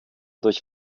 durch